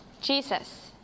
Jesus